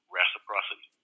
reciprocity